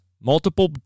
multiple